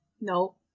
No